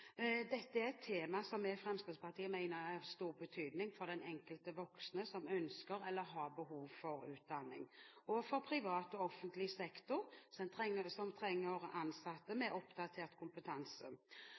Dette er et tema som vi i Fremskrittspartiet mener er av stor betydning for den enkelte voksne som ønsker eller har behov for utdanning, og for privat og offentlig sektor, som trenger